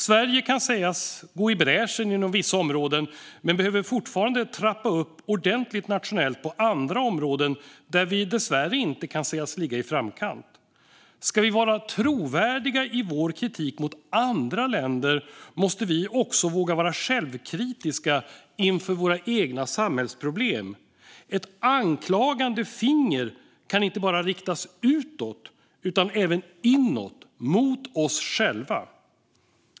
Sverige kan sägas gå i bräschen inom vissa områden, men nationellt behöver vi fortfarande trappa upp ordentligt på andra områden där vi dessvärre inte kan sägas ligga i framkant. Ska vi vara trovärdiga i vår kritik mot andra länder måste vi också våga vara självkritiska inför våra egna samhällsproblem. Ett anklagande finger kan inte bara riktas utåt utan måste även riktas inåt, mot oss själva.